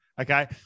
Okay